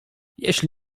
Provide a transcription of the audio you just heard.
jeśli